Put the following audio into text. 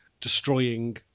destroying